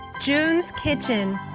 june's kitchen.